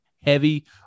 heavy